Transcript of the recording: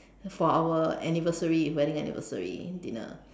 for our anniversary our wedding anniversary dinner